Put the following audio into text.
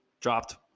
dropped